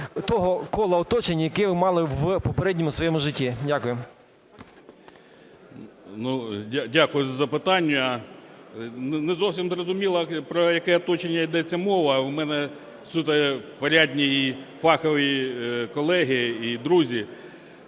того кола оточення, яке ви мали в попередньому своєму житті? Дякую. 13:20:13 ЖУРАВЛЬОВ Д.В. Дякую за запитання. Не зовсім зрозуміло, про яке оточення ідеться мова. У мене суто порядні і фахові колеги і друзі.